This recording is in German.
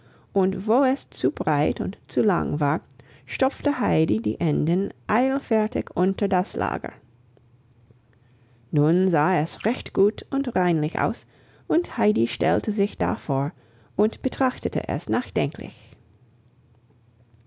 und wo es zu breit und zu lang war stopfte heidi die enden eilfertig unter das lager nun sah es recht gut und reinlich aus und heidi stellte sich davor und betrachtete es nachdenklich